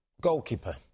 Goalkeeper